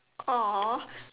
!aww!